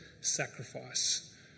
sacrifice